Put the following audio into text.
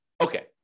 Okay